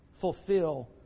fulfill